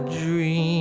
dream